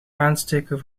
aansteken